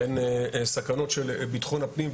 הן סכנות של ביטחון הפנים.